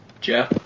Jeff